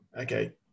okay